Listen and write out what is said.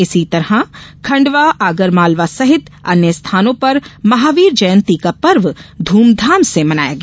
इसी तरह खंडवा आगरमालवा सहित अन्य स्थानों पर महावीर जयंती का पर्व धूमधाम से मनाया गया